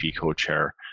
co-chair